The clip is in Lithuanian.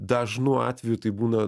dažnu atveju tai būna